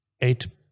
eight